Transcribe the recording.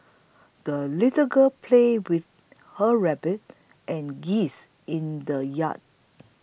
the little girl played with her rabbit and geese in the yard